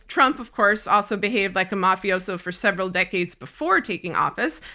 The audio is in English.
trump of course also behaved like a mafioso for several decades before taking office,